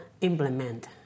implement